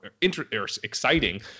exciting